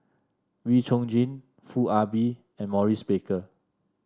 Wee Chong Jin Foo Ah Bee and Maurice Baker